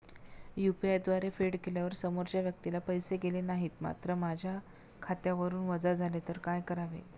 UPI द्वारे फेड केल्यावर समोरच्या व्यक्तीला पैसे गेले नाहीत मात्र माझ्या खात्यावरून वजा झाले तर काय करावे?